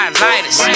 lighters